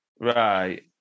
Right